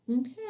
Okay